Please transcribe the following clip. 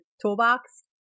toolbox